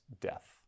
death